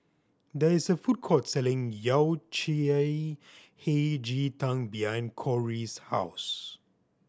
there is a food court selling Yao Cai Hei Ji Tang behind Kori's house